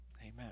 Amen